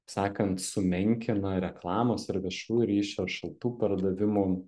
sakant sumenkina reklamos ar viešųjų ryšių ar šaltų pardavimų